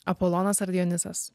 apolonas ar dionizas